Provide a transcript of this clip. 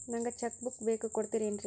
ನಂಗ cheque book ಬೇಕು ಕೊಡ್ತಿರೇನ್ರಿ?